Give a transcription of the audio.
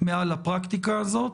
מעל הפרקטיקה הזאת.